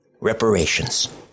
Reparations